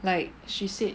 like she said